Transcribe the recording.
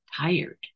tired